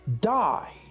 died